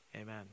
Amen